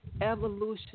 evolution